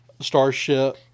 starship